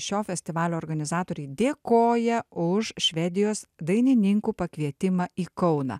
šio festivalio organizatoriai dėkoja už švedijos dainininkų pakvietimą į kauną